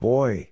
Boy